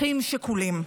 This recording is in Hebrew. אחים שכולים,